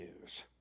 news